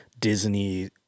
Disney